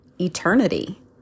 eternity